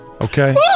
okay